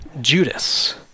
Judas